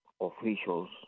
officials